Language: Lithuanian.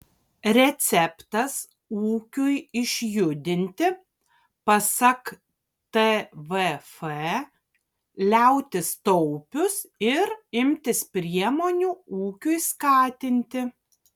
receptas ūkiui išjudinti pasak tvf liautis taupius ir imtis priemonių ūkiui skatinti